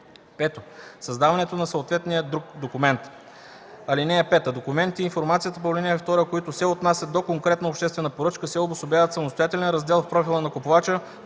5. създаването на съответния друг документ. (5) Документите и информацията по ал. 2, които се отнасят до конкретна обществена поръчка, се обособяват в самостоятелен раздел в профила на купувача,